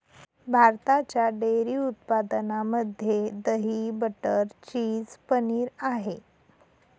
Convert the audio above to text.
भारताच्या डेअरी उत्पादनामध्ये दही, बटर, चीज, पनीर आहे